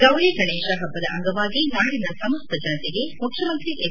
ಗೌರಿ ಗಣೇಶ ಪಬ್ಲದ ಅಂಗವಾಗಿ ನಾಡಿನ ಸಮಸ್ತ ಜನತೆಗೆ ಮುಖ್ಯಮಂತ್ರಿ ಎಚ್